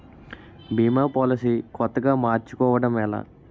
భీమా policy కొత్తగా మార్చుకోవడం ఎలా?